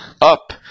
up